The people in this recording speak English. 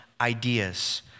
ideas